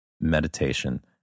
meditation